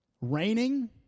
Raining